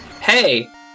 Hey